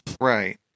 Right